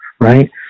right